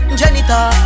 janitor